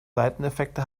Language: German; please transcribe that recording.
seiteneffekte